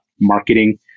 marketing